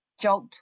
jolt